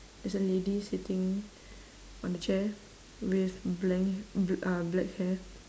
there's a lady sitting on the chair with blank bl~ uh black hair